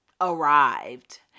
arrived